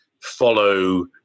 follow